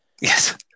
yes